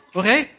okay